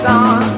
on